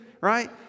right